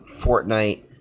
Fortnite